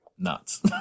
nuts